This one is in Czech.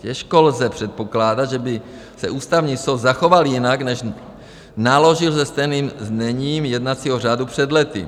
Těžko lze předpokládat, že by se Ústavní soud zachoval jinak, než naložil se stejným zněním jednacího řádu před lety.